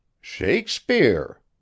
Shakespeare